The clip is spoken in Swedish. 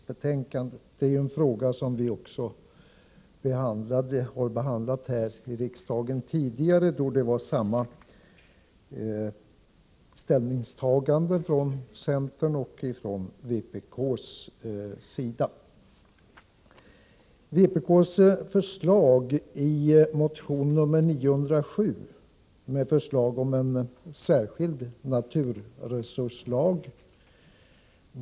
Det är en fråga som vi tidigare har behandlat här i riksdagen, med samma ställningstagande från centerns och vpk:s sida. Vpk föreslår i motion 907 en särskild naturresurslag.